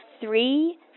three